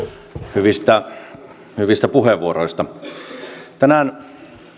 hyvistä hyvistä puheenvuoroista tänään